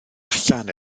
allan